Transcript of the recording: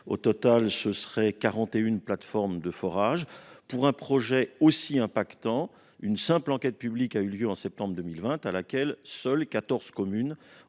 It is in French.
quarante et une plateformes de forage. Pour un projet aussi impactant, une simple enquête publique a eu lieu en septembre 2020, à laquelle seules quatorze communes